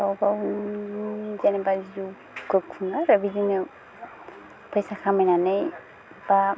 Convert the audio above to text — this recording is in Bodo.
गाव गावनि जेनेबा जिउखौ खुङो आरो बिदिनो फैसा खामायनानै बा